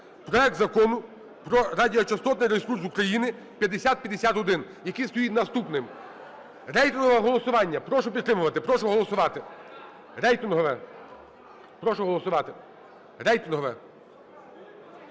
проект Закону про радіочастотний ресурс України (5051), який стоїть наступним. Рейтингове голосування, прошу підтримувати, прошу голосувати, рейтингове,